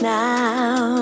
now